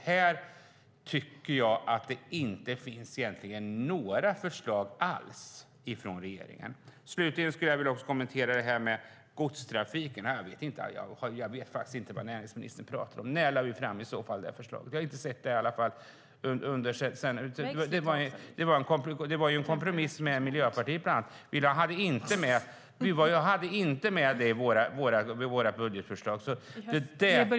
Här tycker jag att det egentligen inte finns några förslag alls från regeringen. Jag skulle vilja kommentera godstrafiken. Jag vet faktiskt inte vad näringsministern talar om. När lade vi i så fall fram detta förslag? Jag har inte sett det. Det var en kompromiss med bland annat Miljöpartiet. Vi hade inte med det i vårt budgetförslag. Jag tycker därför att detta var en överdrift. Slutligen skulle jag vilja säga något om ungdomar. Varför ska vi ha kvar ett system som alla dömer ut?